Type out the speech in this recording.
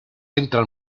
entran